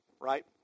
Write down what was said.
Right